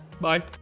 Bye